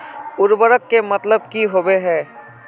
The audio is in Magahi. उर्वरक के मतलब की होबे है?